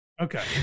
Okay